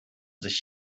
sich